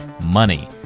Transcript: money